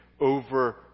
over